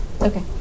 Okay